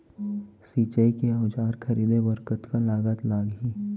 सिंचाई के औजार खरीदे बर कतका लागत लागही?